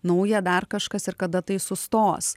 nauja dar kažkas ir kada tai sustos